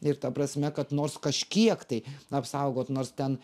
ir ta prasme kad nors kažkiek tai apsaugot nors ten